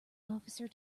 officer